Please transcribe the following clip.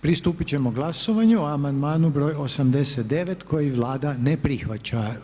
Pristupiti ćemo glasovanju o amandmanu br. 89. koji Vlada ne prihvaća.